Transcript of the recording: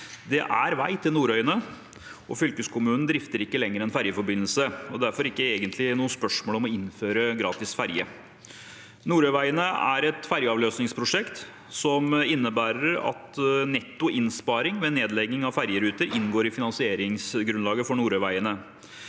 Det er vei til Nordøyane, og fylkeskommunen drifter ikke lenger en ferjeforbindelse. Derfor er det ikke egentlig noe spørsmål om å innføre gratis ferje. Nordøyvegen er et ferjeavløsningsprosjekt. Det innebærer at netto innsparing ved nedlegging av ferjeruter inngår i finansieringsgrunnlaget for Nordøyvegen.